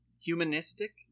humanistic